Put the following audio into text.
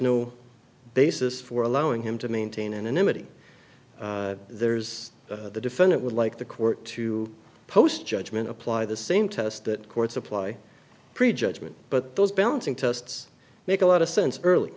no basis for allowing him to maintain an annuity there's the defendant would like the court to post judgment apply the same test that courts apply prejudgment but those balancing tests make a lot of sense early